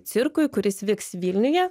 cirkui kuris vyks vilniuje